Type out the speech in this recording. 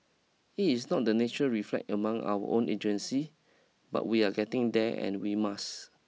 it is not the natural reflex among our own agency but we are getting there and we must